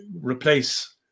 replace